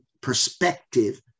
perspective